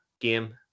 game